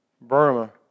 Burma